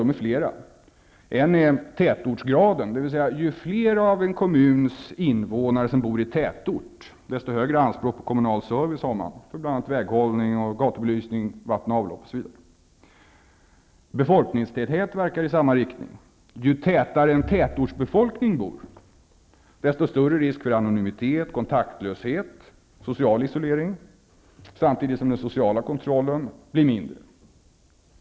De är flera: En sådan faktor är tätortsgraden, dvs. ju fler av en kommuns invånare som bor i tätort, desto högre anspråk har man på kommunal service i form av bl.a. väghållning, gatubelysning, vatten och avlopp, osv. Befolkningstäthet verkar i samma riktning. Ju tätare tätortsbefolkningen bor, desto större risk för anonymitet, kontaktlöshet och social isolering. Samtidigt blir den sociala kontrollen mindre.